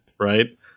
right